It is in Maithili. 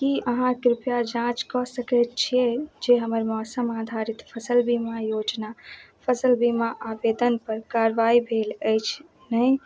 कि अहाँ कृपया जाँच कऽ सकै छिए जे हमर मौसम आधारित फसिल बीमा योजना फसिल बीमा आवेदनपर कारवाइ भेल अछि कि नहि